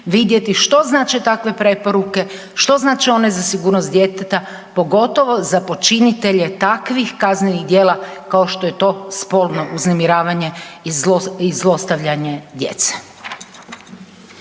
vidjeti što znače takve preporuke, što znače one za sigurnost djeteta, pogotovo za počinitelje takvih kaznenih djela kao što je to spolno uznemiravanje i zlostavljanje djece.